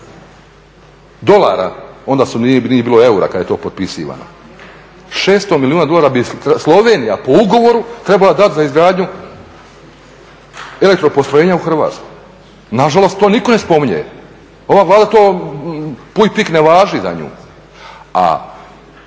dolara, onda nije bilo eura kad je to potpisano, 600 milijuna dolara bi Slovenija po ugovoru trebala dati za izgradnju elektropostrojenja u Hrvatskoj. Nažalost to niko ne spominje. Ova Vlada to …/Govornik se ne razumije./…